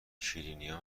شیرینیا